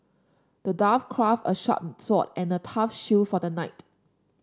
the dwarf crafted a sharp sword and a tough shield for the knight